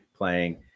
playing